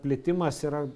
plitimas yra